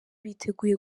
biteguye